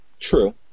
true